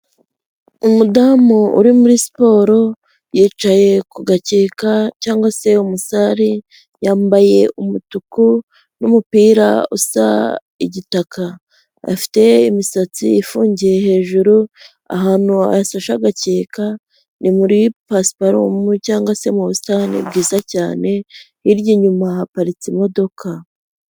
Umudamu uri muri siporo, yicaye ku gakeka cyangwa se umusare, yambaye umutuku n'umupira usa igitaka, afite imisatsi ifungiye hejuru, ahantu hasashe agakeka, ni muri pasiparumu cyangwa se mu busitani bwiza cyane, hirya inyuma haparitse imodoka.